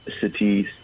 cities